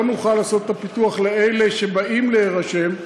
נוכל לעשת את הפיתוח לאלה שבאים להירשם,